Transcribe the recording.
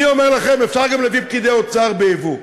אני אומר לכם, אפשר גם להביא פקידי אוצר ביבוא.